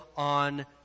on